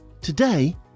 Today